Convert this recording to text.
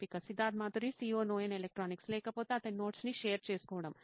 Siddharth Maturi CEO నోయిన్ electronics లేకపోతే అతని నోట్స్ ని షేర్ చేసుకోవటం